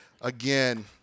again